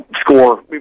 score